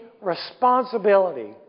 responsibility